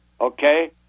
okay